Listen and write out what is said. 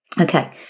Okay